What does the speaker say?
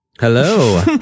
Hello